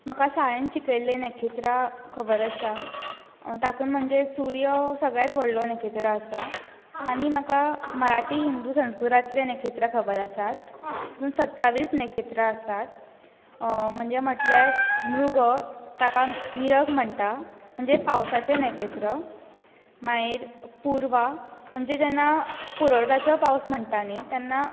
म्हाका शाळेंतन शिकयिल्लें नखेत्रां खबर आसा तातूंत म्हणजे सूर्य हो सगळ्यांत व्हडलो नखेत्र आसा आनी म्हाका मराठी हिंदू संस्कृतातलीं नखेत्रां खबर आसात पूण सत्तावीस नखेत्रां आसात म्हणजे म्हटल्यार मृग ताका मिर्ग म्हणटात म्हणजे पावसाचें नखेत्र मागीर पुर्वा म्हणजे जेन्ना पुरोटाचो पावस म्हणटा नी तेन्ना